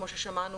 כמו ששמענו,